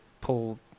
pull